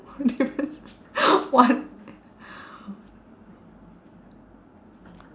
one difference one